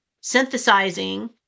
synthesizing